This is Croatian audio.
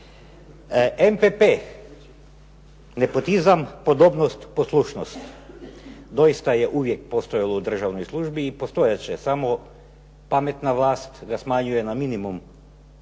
NPP, nepotizam, podobnost, poslušnost doista je uvijek postojalo u državnoj službi i postojat će. Samo pametna vlast ga smanjuje na minimum,